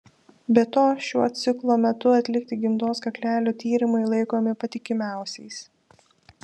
be to šiuo ciklo metu atlikti gimdos kaklelio tyrimai laikomi patikimiausiais